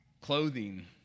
clothing